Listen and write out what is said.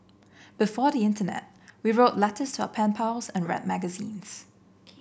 before the internet we wrote letters to our pen pals and read magazines